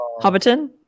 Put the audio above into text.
Hobbiton